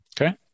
Okay